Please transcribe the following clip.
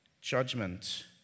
judgment